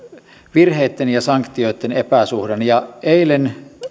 virheitten ja sanktioitten epäsuhdan eilen